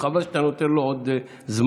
וחבל שאתה נותן לו עוד זמן,